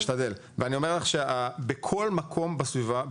ואני אומר לך שבכל מקום בסביבה,